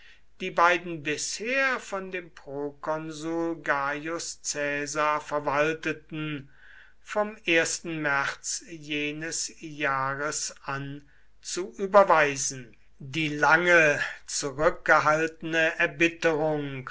die beiden bisher von dem prokonsul gaius caesar verwalteten vom märz jenes jahres an zu überweisen die lange zurückgehaltene erbitterung